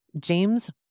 James